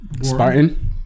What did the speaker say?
Spartan